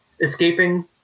escaping